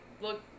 look